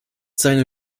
seine